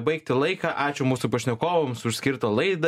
baigti laiką ačiū mūsų pašnekovams už skirtą laidą